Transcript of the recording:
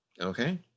Okay